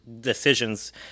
decisions